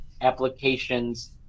applications